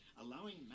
allowing